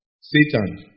Satan